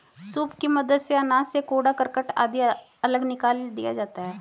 soup की मदद से अनाज से कूड़ा करकट आदि अलग निकाल दिया जाता है